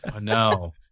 no